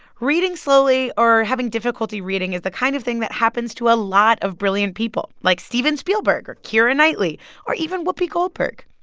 reading slowly or having difficulty reading is the kind of thing that happens to a lot of brilliant people, like steven spielberg or keira knightley or even whoopi goldberg.